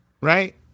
Right